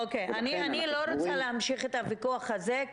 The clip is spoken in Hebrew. אני לא רוצה להמשיך את הוויכוח הזה,